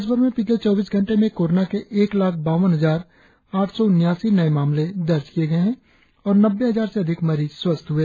देशभर में पिछले चौबीस घंटे में कोरोना के एक लाख़ बावन हजार आठ सौ उन्यासी नए मामले दर्ज किए गए है और नब्बे हजार से अधिक मरीज स्वस्थ हए